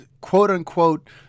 quote-unquote